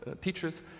teachers